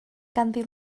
ganddi